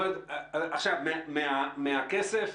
מהכסף